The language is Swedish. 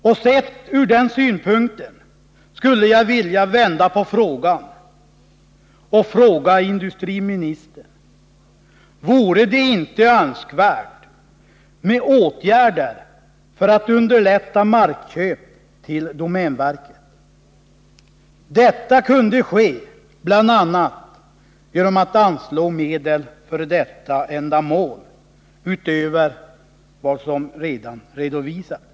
Och sett ur den synpunkten skulle jag vilja vända på det hela och fråga industriministern: Vore det inte önskvärt med åtgärder för att underlätta markköp till domänverket? Detta kunde ske bl.a. genom att man anslår medel för detta ändamål utöver vad som redan har redovisats.